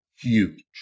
huge